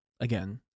Again